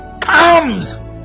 comes